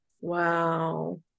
Wow